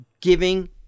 giving